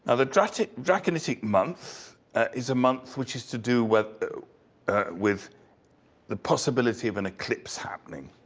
ah the draconitic draconitic month is a month which is to do with the with the possibility of an eclipse happening.